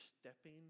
stepping